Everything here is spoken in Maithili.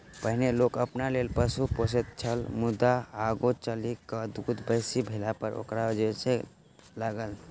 पहिनै लोक अपना लेल पशु पोसैत छल मुदा आगू चलि क दूध बेसी भेलापर ओकरा बेचय लागल